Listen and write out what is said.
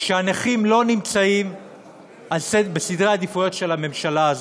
שהנכים לא נמצאים בסדרי העדיפויות של הממשלה הזאת.